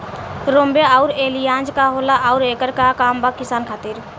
रोम्वे आउर एलियान्ज का होला आउरएकर का काम बा किसान खातिर?